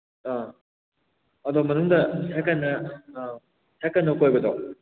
ꯑꯥ ꯑꯗꯣ ꯃꯅꯨꯡꯗ ꯁꯥꯏꯀꯜꯗ ꯁꯥꯏꯀꯜꯗ ꯀꯣꯏꯕꯗꯣ